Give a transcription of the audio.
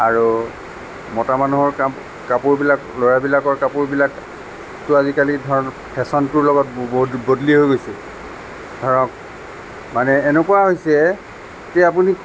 আৰু মতা মানুহৰ গাত কাপোৰবিলাক ল'ৰাবিলাকৰ কাপোৰবিলাকটো আজিকালি ধৰ ফেশ্বন শ্ব'ৰ লগত বদলি হৈ গৈছে ধৰক মানে এনেকুৱা হৈছে যে আপুনি